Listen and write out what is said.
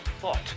thought